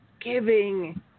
giving